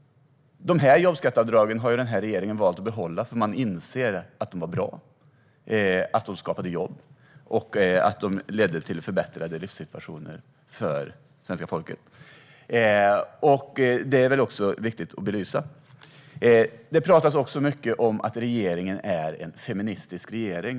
Dessa jobbskatteavdrag har nuvarande regering valt att behålla, eftersom man inser att de var bra, att de skapade jobb och att de ledde till förbättrade livssituationer för svenska folket. Det är också viktigt att belysa. Det talas mycket om att regeringen är en feministisk regering.